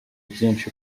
byinshi